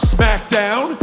SmackDown